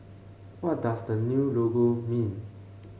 what does the new logo mean